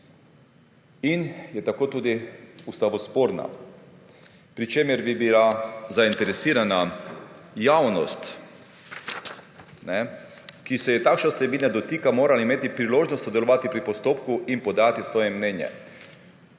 In je tako tudi ustavno sporna, pri čemer bi bila zainteresirana javnost, ki se takšne vsebine dotika, morala imeti priložnost sodelovati pri postopku in podati svoje mnenje.